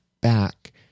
back